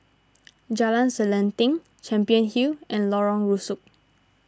Jalan Selanting Champion Hotel and Lorong Rusuk